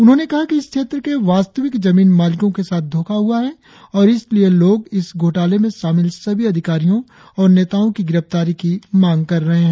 उन्होंने कहा कि इस क्षेत्र के वास्तविक जमीन मालिको के साथ धोखा हुआ है और इसलिए लोग इस घोटाले में शामिल सभी अधिकारियों और नेताओं की गिरफ्तारी की मांग कर रहा है